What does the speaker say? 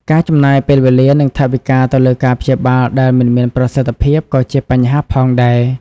ការចំណាយពេលវេលា និងថវិកាទៅលើការព្យាបាលដែលមិនមានប្រសិទ្ធភាពក៏ជាបញ្ហាផងដែរ។